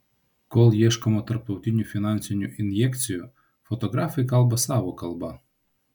kol ieškoma tarptautinių finansinių injekcijų fotografai kalba savo kalba